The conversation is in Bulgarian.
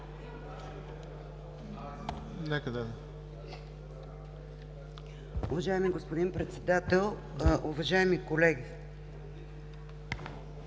Нека да